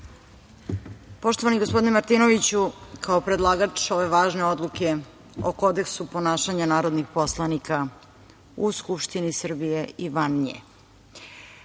poštovani gospodine Martinoviću, kao predlagač ove važne odluke o kodeksu ponašanja narodnih poslanika u Skupštini Srbije i van nje,